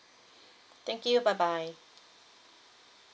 thank you bye bye